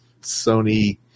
Sony